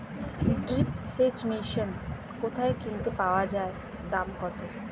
Drip সেচ machine কোথায় কিনতে পাওয়া যায় দাম কত?